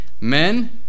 Men